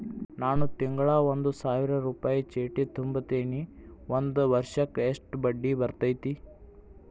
ನಾನು ತಿಂಗಳಾ ಒಂದು ಸಾವಿರ ರೂಪಾಯಿ ಚೇಟಿ ತುಂಬತೇನಿ ಒಂದ್ ವರ್ಷಕ್ ಎಷ್ಟ ಬಡ್ಡಿ ಬರತೈತಿ?